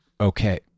okay